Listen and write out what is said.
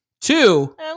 Two